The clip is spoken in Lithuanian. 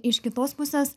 iš kitos pusės